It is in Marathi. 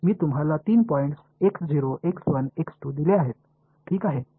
मी तुम्हाला तीन पॉईंट्स दिले आहेत ठीक आहे